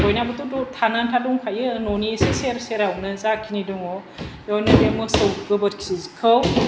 बयनाबोथ' द थानो आनथा दंखायो न'नि सेर सेरावनो जाखिनि दङ बेयावबो बे मोसौ गोबोरखिखौ